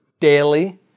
daily